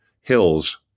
hills